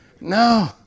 No